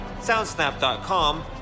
Soundsnap.com